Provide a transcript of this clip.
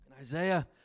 Isaiah